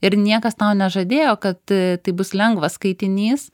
ir niekas tau nežadėjo kad tai bus lengvas skaitinys